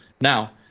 Now